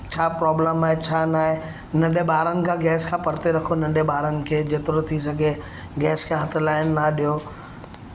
छा प्रॉब्लम आहे छा न आहे नंढे ॿारनि खां गैस खां परिते रखो नंढे ॿारनि खे जेतिरो थी सघे गैस खे हथ लागाइण न ॾियो